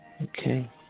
Okay